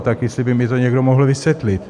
Tak jestli by mi to někdo mohl vysvětlit.